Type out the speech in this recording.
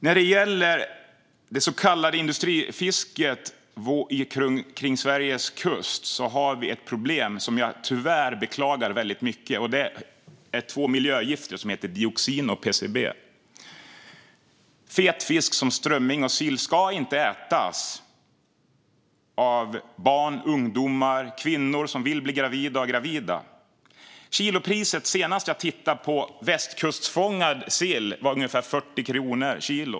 När det gäller det så kallade industrifisket kring Sveriges kust har vi tyvärr ett problem som jag beklagar väldigt mycket. Det gäller två miljögifter, som heter dioxin och PCB. Fet fisk som strömming och sill ska inte ätas av barn, ungdomar, kvinnor som vill bli gravida och gravida. Senast jag tittade på kilopriset var det för västkustfångad sill ungefär 40 kronor.